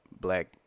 black